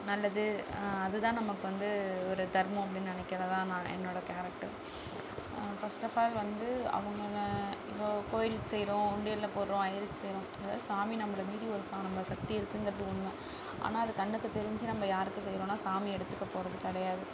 நல்லது அதுதான் நமக்கு வந்து ஒரு தர்மம் அப்படின்னு நினைக்கிறது தான் நான் என்னோட கேரக்டர் ஃபஸ்ட்ட அஃப் ஆல் வந்து அவங்க கோவிலுக்கு செய்கிறோம் உண்டியலில் போடுகிறோம் ஐயருக்கு செய்கிறோம் சாமி நம்மள மீறி ஒரு சக்தி இருக்குங்கிறது உண்மை ஆனால் அது கண்ணுக்கு தெரிஞ்சு நம்ம யாருக்கு செய்கிறோன்னா சாமி எடுத்துக்க போகிறது கிடையாது